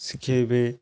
ଶିଖାଇବେ